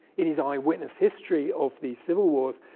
in his eyewitness history of the civil wars,